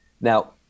now